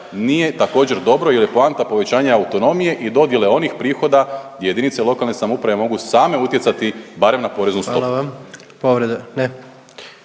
nije također dobro jer je poanta povećanja autonomije i dodjele onih prihoda gdje jedinice lokalne samouprave mogu same utjecati barem na poreznu stopu.